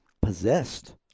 possessed